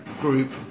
group